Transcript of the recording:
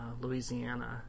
Louisiana